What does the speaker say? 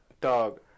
dog